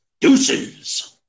Deuces